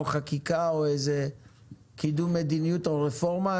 חקיקה או איזה קידום מדיניות או רפורמה,